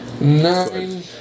nine